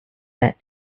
set